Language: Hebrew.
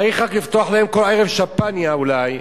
צריך רק לפתוח להם כל ערב שמפניה, אולי,